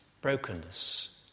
brokenness